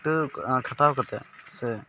ᱠᱷᱟᱹᱴᱟᱹᱣ ᱠᱷᱟᱴᱟᱣ ᱠᱟᱛᱮ ᱥᱮ